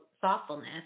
thoughtfulness